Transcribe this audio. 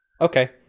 Okay